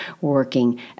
working